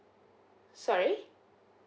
sorry